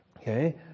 Okay